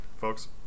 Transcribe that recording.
Folks